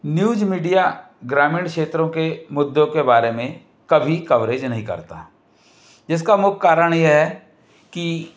news media ग्रामीण क्षेत्रों के मुद्दों के बारे में कभी कवरेज नहीं करता जिसका मुख्य कारण यह है कि